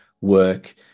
work